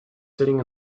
sitting